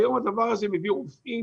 היום הדבר הזה מביא רופאים